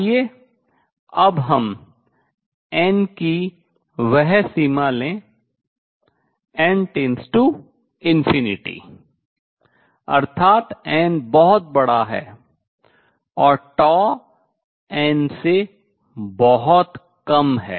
आइए अब हम n की वह सीमा लें n →∞ अर्थात n बहुत बड़ा है और τ n से बहुत बहुत कम है